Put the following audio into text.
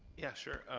yeah, sure.